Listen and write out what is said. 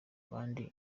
abandi